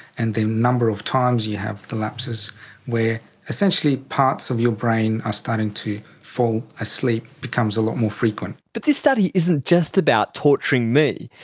and the number of times you have the lapses where essentially parts of your brain are starting to fall asleep becomes a lot more frequent. but this study isn't just about torturing me.